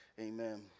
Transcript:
Amen